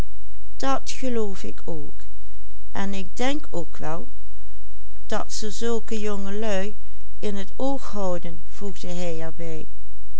in t oog houden voegde hij er